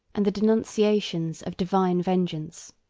and the denunciations of divine vengeance.